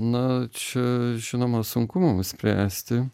na čia žinoma sunku mums spręsti